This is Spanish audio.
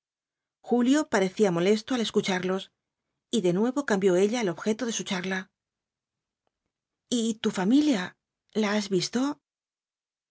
julio parecía molesto al escucharlos y de nuevo cambió ella el objeto de su charla y tu familia la has visto